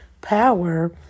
power